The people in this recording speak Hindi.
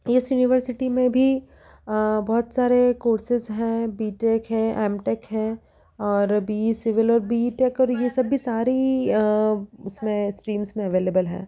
इस यूनिवर्सिटी में भी बहुत सारे कोर्सेज हैं बी टेक है एम टेक है और बी सिमिलर बी टेक और ये सब भी सारी उसमें स्ट्रीम्स में अवेलेबल है